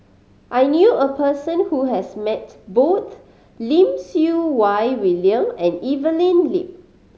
I knew a person who has met both Lim Siew Wai William and Evelyn Lip